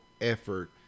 effort